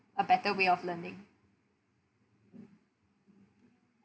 a better way of learning